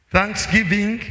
Thanksgiving